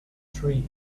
tree